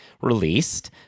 released